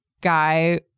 guy